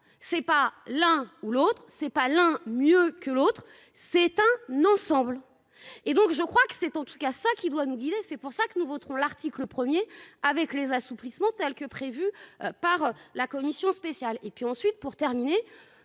c'est pas l'un ou l'autre c'est pas l'un mieux que l'autre c'est un nom semble et donc je crois que c'est en tout cas ça qui doit nous guider. C'est pour ça que nous voterons l'article 1er avec les assouplissements telle que prévue par la commission spéciale et puis ensuite pour terminer